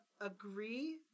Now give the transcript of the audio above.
agree